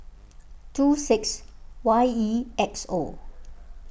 two six Y E X O